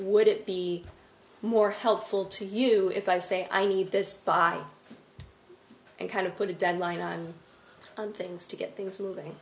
would it be more helpful to you if i say i need this body and kind of put a deadline on things to get things moving